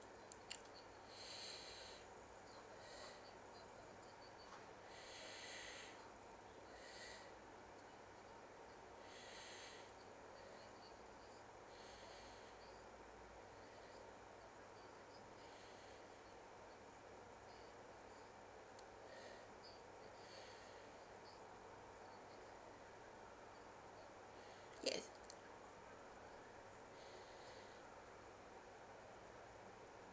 yes